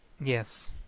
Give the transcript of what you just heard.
Yes